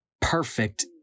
perfect